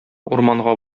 урманга